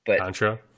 Contra